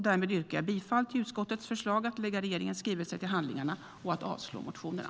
Därmed yrkar jag bifall till utskottet förslag att lägga regeringens skrivelse till handlingarna och avslå motionerna.